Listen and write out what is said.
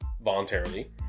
voluntarily